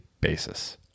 basis